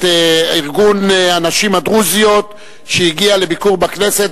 את ארגון הנשים הדרוזיות שהגיע לביקור בכנסת.